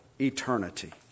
eternity